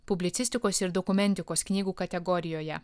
publicistikos ir dokumentikos knygų kategorijoje